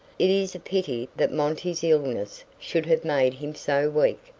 it is a pity that monty's illness should have made him so weak,